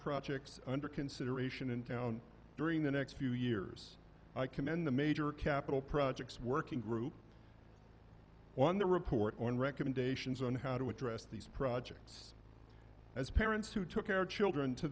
projects under consideration in town during the next few years i commend the major capital projects working group on the report on recommendations on how to address these projects as parents who took our children to